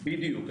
בדיוק.